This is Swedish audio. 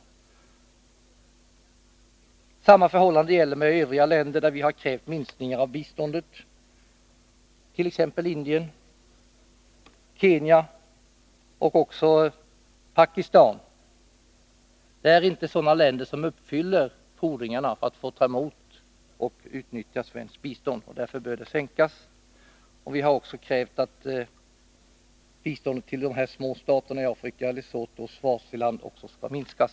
Detsamma gäller övriga länder, där vi har krävt minskning av biståndet, t.ex. Indien, Kenya och Pakistan. De uppfyller inte fordringarna för att få ta emot och utnyttja svenskt bistånd. Därför bör biståndet sänkas. Vi har även krävt att biståndet till de små staterna i Afrika, Lesotho och Swaziland, skall Nr 138 minskas.